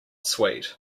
sweet